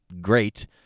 great